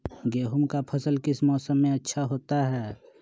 गेंहू का फसल किस मौसम में अच्छा होता है?